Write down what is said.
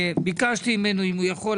ביקשתי ממנו אם הוא יכול,